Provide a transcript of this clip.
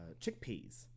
chickpeas